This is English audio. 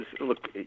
look